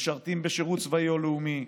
משרתים בשירות צבאי או לאומי,